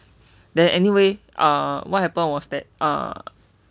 then anyway uh what happened was that ah